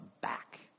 back